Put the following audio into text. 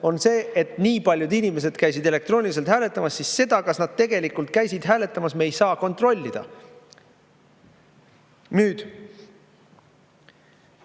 on see, et nii paljud inimesed käisid elektrooniliselt hääletamas, siis seda, kas nad tegelikult käisid hääletamas, me ei saa kontrollida. Ma